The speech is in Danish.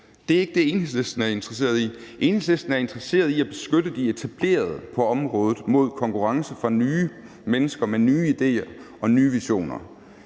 Det er ikke det, Enhedslisten er interesseret i. Enhedslisten er interesseret i at beskytte de etablerede på området mod konkurrence fra nye mennesker med nye idéer og nye visioner.